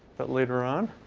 but later on.